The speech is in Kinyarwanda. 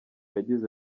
yagize